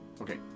Okay